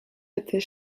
était